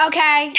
Okay